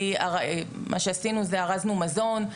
מה שעשינו זה ארזנו מזון,